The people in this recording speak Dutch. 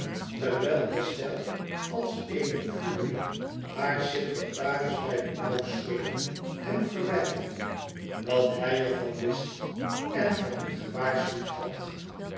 terwijl estelle als eene furie haar secretaris bij de mouw schudde hem verwijtende dat hij ervan wist en haar niet gewaarschuwd had